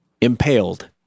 impaled